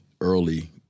early